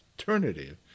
alternative